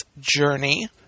journey